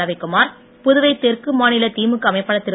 ரவிக்குமார் புதுவை தெற்கு மாநில திமுக அமைப்பாளர் திரு